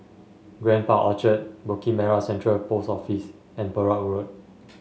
Grand Park Orchard Bukit Merah Central Post Office and Perak Road